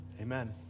Amen